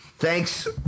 Thanks